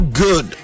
good